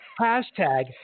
hashtag